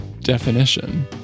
definition